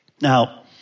Now